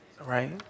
Right